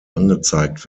angezeigt